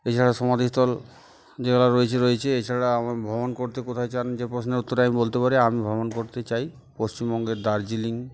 এছাড়া সমাধিস্থল যেগুলো রয়েছে রয়েছে এছাড়া আমার ভ্রমণ করতে কোথায় চান যে প্রশ্নের উত্তরে আমি বলতে পারি আমি ভ্রমণ করতে চাই পশ্চিমবঙ্গের দার্জিলিং